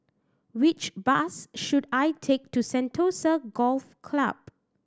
which bus should I take to Sentosa Golf Club